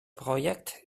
projekt